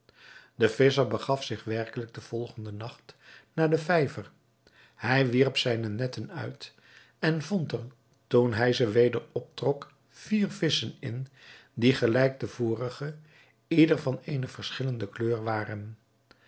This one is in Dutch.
de visscher begaf zich werkelijk den volgenden nacht naar den vijver hij wierp zijne netten uit en vond er toen hij ze weder optrok vier visschen in die gelijk de vorigen ieder van eene verschillende kleur waren